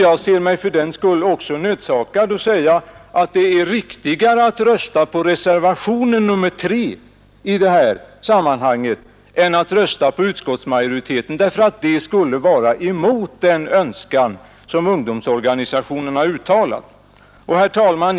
Jag ser mig fördenskull också nödsakad att säga att jag anser det vara riktigare att rösta på reservationen 3 i detta sammanhang än att rösta med utskottsmajoriteten — det skulle ju vara emot den önskan som ungdomsorganisationerna har uttalat. Herr talman!